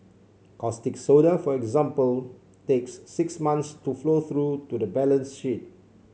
caustic soda for example takes six months to flow through to the balance sheet